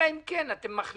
אלא אם כן אתם מחליטים,